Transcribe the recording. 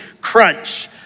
crunch